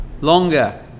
longer